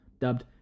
dubbed